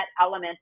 element